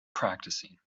practicing